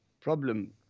problem